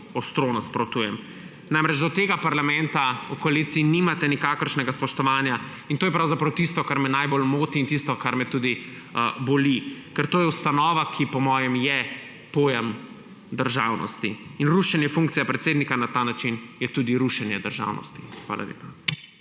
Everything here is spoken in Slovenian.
ostro nasprotujem. Do tega parlamenta v koaliciji nimate nikakršnega spoštovanja, in to je pravzaprav tisto, kar me najbolj moti, in tisto, kar me tudi boli. Ker to je ustanova, ki je po mojem pojem državnosti. Rušenje funkcije predsednika na ta način je tudi rušenje državnosti. Hvala lepa.